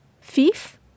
Fifth